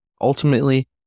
Ultimately